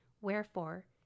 Wherefore